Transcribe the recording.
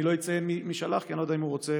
אני לא אציין מי שלח כי אני לא יודע אם הוא רוצה